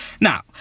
now